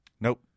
Nope